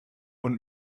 und